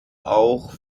auch